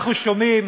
אנחנו שומעים,